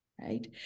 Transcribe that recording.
Right